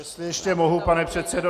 Jestli ještě mohu, pane předsedo.